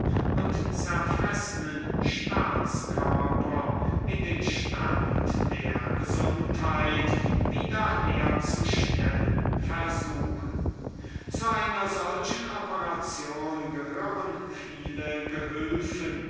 und zerfressenen staats körper in den stand der gesundheit wieder herzustellen versuchen zu einer solchen operation gehören viele gehülfen